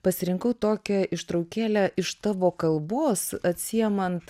pasirinkau tokią ištraukėlę iš tavo kalbos atsiimant